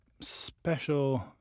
special